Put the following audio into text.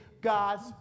God's